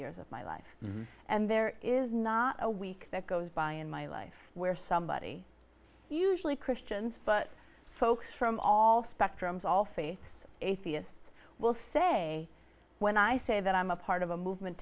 years of my life and there is not a week that goes by in my life where somebody usually christians but folks from all spectrums all faiths atheists will say when i say that i'm a part of a movement